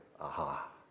Aha